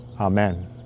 Amen